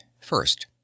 first